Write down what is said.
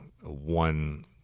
one